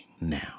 now